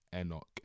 Enoch